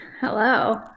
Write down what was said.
Hello